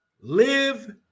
live